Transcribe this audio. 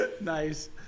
Nice